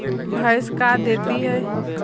भैंस का देती है?